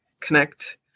connect